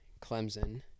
Clemson